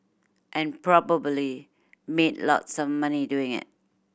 and probably made lots of money doing it